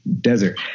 Desert